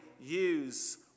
use